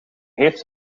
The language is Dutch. heeft